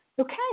okay